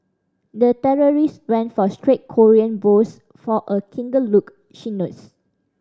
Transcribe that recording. the terrorist went for straight Korean brows for a kinder look she notes